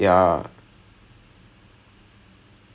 sundar considers it the best business module